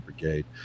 brigade